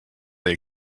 they